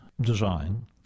design